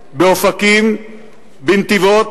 באופקים ובנתיבות,